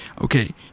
okay